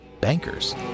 bankers